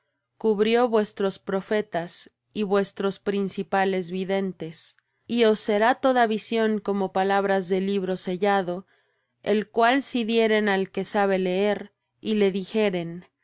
cubrió vuestros profetas y vuestros principales videntes y os será toda visión como palabras de libro sellado el cual si dieren al que sabe leer y le dijeren